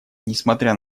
несмотря